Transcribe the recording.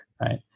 right